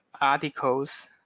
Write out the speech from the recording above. articles